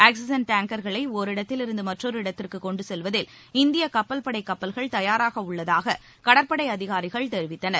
oxygen டேங்கர்களை ஒரிடத்திலிருந்து மற்றொரு இடத்திற்கு கொண்டு செல்வதில் இந்திய கப்பல்படை கப்பல்கள் தயாராக உள்ளதாக கடற்படை அதிகாரிகள் தெரிவித்தனர்